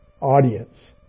audience